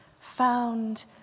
found